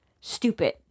stupid